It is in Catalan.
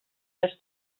les